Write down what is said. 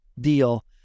deal